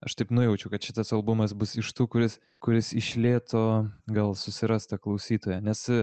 aš taip nujaučiau kad šitas albumas bus iš tų kuris kuris iš lėto gal susiras tą klausytoją nes